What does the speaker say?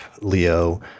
Leo